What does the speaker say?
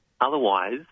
Otherwise